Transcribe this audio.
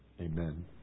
amen